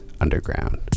Underground